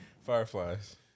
Fireflies